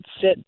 sit